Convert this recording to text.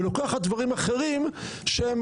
ולוקחת דברים אחרים שהם,